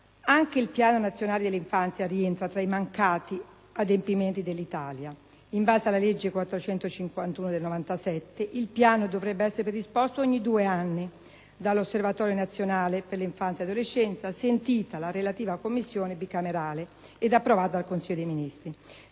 Anche il Piano nazionale dell'infanzia rientra tra i mancati adempimenti dell'Italia. In base alla legge n. 451 del 1997, il Piano dovrebbe essere predisposto ogni due anni dall'Osservatorio nazionale per l'infanzia e l'adolescenza, sentita la relativa Commissione bicamerale, ed approvato dal Consiglio dei ministri.